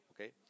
okay